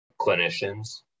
clinicians